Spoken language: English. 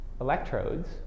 Electrodes